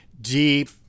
deep